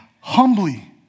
humbly